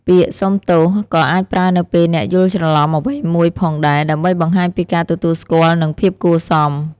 ពាក្យ សុំទោស ក៏អាចប្រើនៅពេលអ្នកយល់ច្រឡំអ្វីមួយផងដែរ ដើម្បីបង្ហាញពីការទទួលស្គាល់ និង ភាពគួរសម។